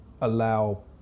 allow